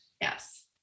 Yes